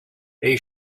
they